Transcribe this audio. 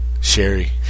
Sherry